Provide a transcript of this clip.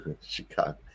Chicago